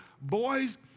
Boys